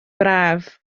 braf